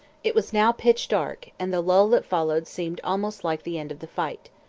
it was now pitch-dark, and the lull that followed seemed almost like the end of the fight.